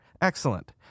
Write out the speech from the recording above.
Excellent